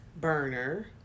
burner